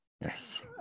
yes